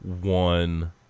one